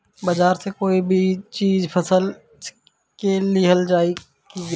बाजार से कोई चीज फसल के लिहल जाई किना?